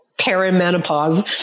perimenopause